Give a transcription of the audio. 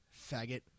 Faggot